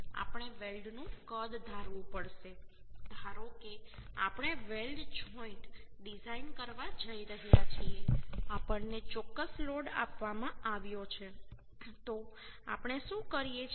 આપણે વેલ્ડનું કદ ધારવું પડશે ધારો કે આપણે વેલ્ડ જોઈન્ટ ડિઝાઇન કરવા જઈ રહ્યા છીએ આપણને ચોક્કસ લોડ આપવામાં આવ્યો છે તો આપણે શું કરી શકીએ